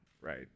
Right